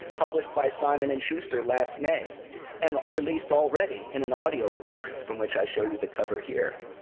published by simon and schuster last may and released already in an audio book, from which i show you the cover here.